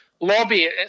Lobby